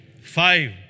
Five